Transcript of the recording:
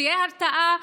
תהיה הרתעה.